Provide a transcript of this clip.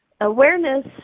Awareness